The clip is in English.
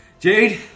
Jade